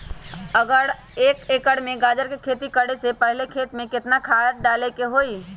अगर एक एकर में गाजर के खेती करे से पहले खेत में केतना खाद्य डाले के होई?